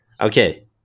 Okay